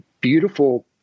beautiful